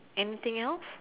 anything else